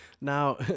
Now